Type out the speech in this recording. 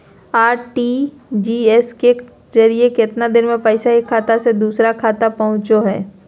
RTGS के जरिए कितना देर में पैसा एक खाता से दुसर खाता में पहुचो है?